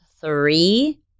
three